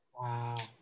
Wow